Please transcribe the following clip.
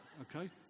okay